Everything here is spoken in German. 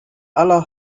aller